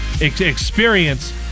experience